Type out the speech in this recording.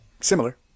Similar